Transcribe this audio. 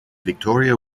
victoria